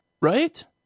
right